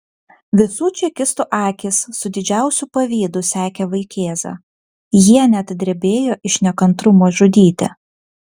visų čekistų akys su didžiausiu pavydu sekė vaikėzą jie net drebėjo iš nekantrumo žudyti